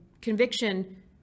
conviction